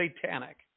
satanic